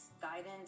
guidance